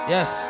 Yes